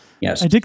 Yes